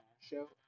show